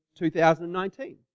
2019